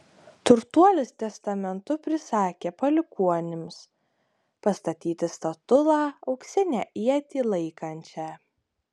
turtuolis testamentu prisakė palikuonims pastatyti statulą auksinę ietį laikančią